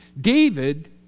David